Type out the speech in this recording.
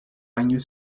año